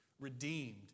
redeemed